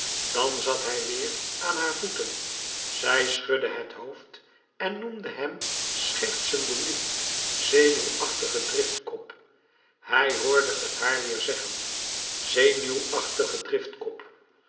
dan zat hij weêr aan haar voeten zij schudde het hoofd en noemde hem schertsende nu zenuwachtige driftkop hij hoorde het haar weêr zeggen zenuwachtige driftkop